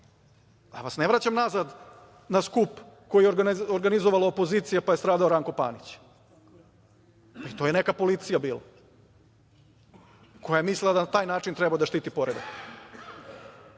vas ne vraćam nazad na skup koji je organizovala opozicija, pa je stradao Ranko Panić. To je neka policija bila koja je mislila da na taj način treba da štiti poredak. Neka